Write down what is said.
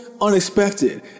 unexpected